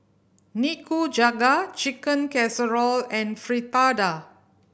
Nikujaga Chicken Casserole and Fritada